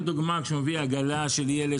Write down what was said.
כשמביא עגלה של ילד,